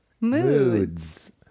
moods